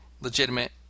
legitimate